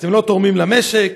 אתם לא תורמים למשק,